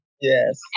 Yes